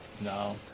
No